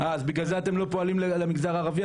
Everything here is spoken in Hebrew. אה, אז בגלל זה אתם לא פועלים לגבי המגזר הערבי?